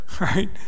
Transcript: Right